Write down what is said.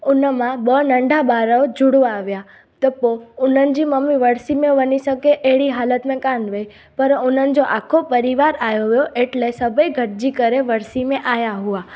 हुन मां ॿ नंढा ॿार जुड़वा हुआ त पोइ उन्हनि जी मम्मी वरिसी में वञी सघे अहिड़ी हालति में कान हुई पर उन्हनि जो आखो परिवार आयो हुओ एटले सभेई गॾिजी करे वरिसी में आया हुआ